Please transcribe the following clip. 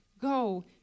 go